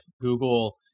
Google